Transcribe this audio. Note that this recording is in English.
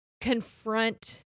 confront